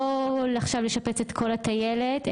לא עכשיו לשפץ את כל הטיילת,